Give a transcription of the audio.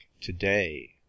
today